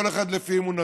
כל אחד לפי אמונתו.